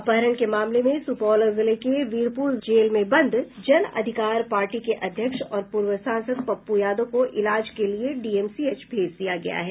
अपहरण के मामले में सुपौल जिले के वीरपुर जेल में बंद जन अधिकार पार्टी के अध्यक्ष और पूर्व सांसद पप्पू यादव को इलाज के लिए डीएमसीएच भेज दिया गया है